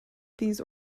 these